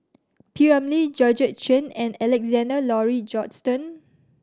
P Ramlee Georgette Chen and Alexander Laurie Johnston